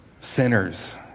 sinners